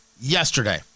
yesterday